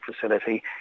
facility